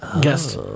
guest